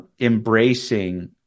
embracing